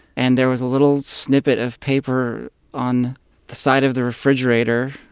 and there was a little snippet of paper on the side of the refrigerator,